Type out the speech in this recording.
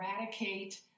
eradicate